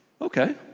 Okay